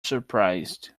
surprised